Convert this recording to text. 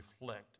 reflect